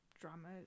drama